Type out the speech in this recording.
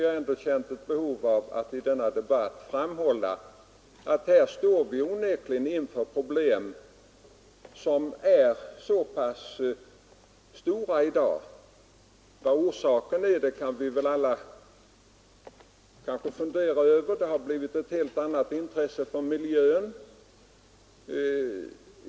Jag har känt ett behov av att i denna debatt framhålla att vi onekligen står inför växande problem. Orsaken till detta kan vi kanske fundera över. Det har vuxit fram ett allt större intresse för miljön.